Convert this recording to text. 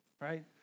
right